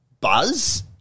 buzz